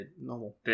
normal